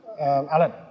Alan